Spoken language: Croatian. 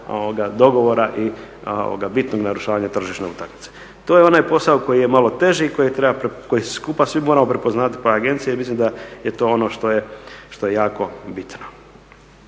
dogovora i bitnog narušavanja tržišne utakmice. To je onaj posao koji je malo teži i koji skupa svi moramo prepoznavati pa i agencije i mislim da je to ono što je jako bitno.